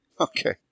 Okay